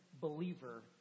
believer